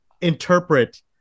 interpret